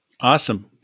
Awesome